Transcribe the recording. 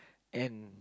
N